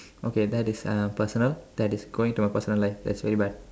okay that is uh personal that is going to our personal life that's really bad